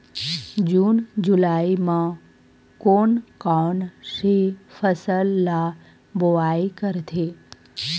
जून जुलाई म कोन कौन से फसल ल बोआई करथे?